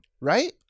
right